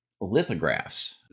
lithographs